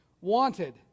Wanted